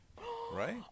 right